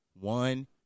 One